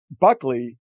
Buckley